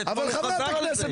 (היו"ר משה סעדה,